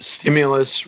stimulus